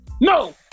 No